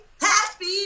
Happy